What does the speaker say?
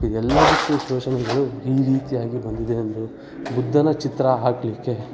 ಇದೆಲ್ಲದಕ್ಕೂ ಈ ರೀತಿಯಾಗಿ ಬಂದಿದೆ ಅಂದರೆ ಬುದ್ಧನ ಚಿತ್ರ ಹಾಕಲಿಕ್ಕೆ